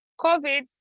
COVID